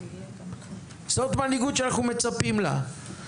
זאת מנהיגות שאנחנו מצפים לה.